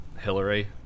Hillary